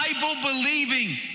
Bible-believing